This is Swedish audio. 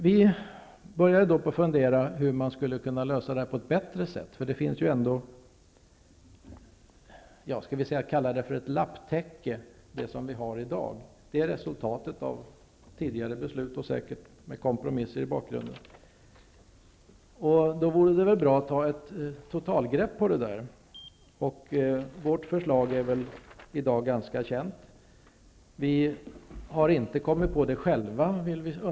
Då började vi fundera på hur man skulle kunna lösa detta på ett bättre sätt. Det som finns i dag kan vi nästan kalla för ett lapptäcke. Det är ett resultat av tidigare beslut, säkert med kompromisser i bakgrunden. Då vore det bra att ta ett totalgrepp. Vårt förslag är väl ganska känt i dag. Vi vill understryka att vi inte har kommit på det själva.